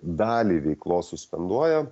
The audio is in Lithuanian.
dalį veiklos suspenduoja